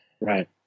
Right